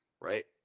right